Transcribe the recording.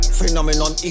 Phenomenon